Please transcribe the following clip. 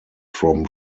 from